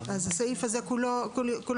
הסעיף הזה (ד) כולו יימחק.